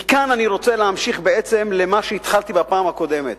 מכאן אני רוצה להמשיך בעצם ממה שהתחלתי בפעם הקודמת,